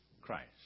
Christ